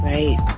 Right